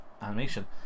animation